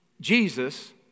Jesus